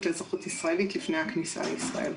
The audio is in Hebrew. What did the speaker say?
לאזרחות ישראלית לפני הכניסה לישראל,